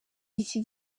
iki